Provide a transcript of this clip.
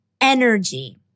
energy